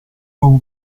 come